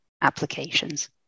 applications